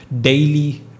daily